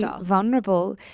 vulnerable